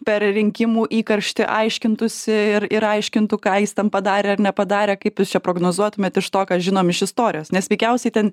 per rinkimų įkarštį aiškintųsi ir ir aiškintų ką jis ten padarė ar nepadarė kaip jūs čia prognozuotumėt iš to ką žinom iš istorijos nes veikiausiai ten